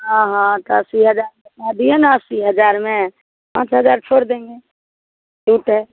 हाँ हाँ तो अस्सी हज़ार तो कह दिए ना अस्सी हज़ार में पाँच हज़ार छोड़ देंगे ठीक है